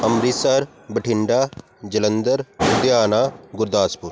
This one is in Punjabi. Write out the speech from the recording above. ਅੰਮ੍ਰਿਤਸਰ ਬਠਿੰਡਾ ਜਲੰਧਰ ਲੁਧਿਆਣਾ ਗੁਰਦਾਸਪੁਰ